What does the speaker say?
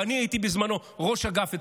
ואני הייתי בזמנו ראש אגף אצלך.